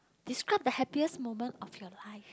describe the happiest moment of your life